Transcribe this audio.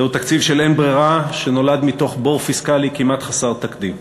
זהו תקציב של אין-ברירה שנוצר מתוך בור פיסקלי כמעט חסר תקדים.